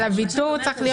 אבל הוויתור צריך להיות בכתב.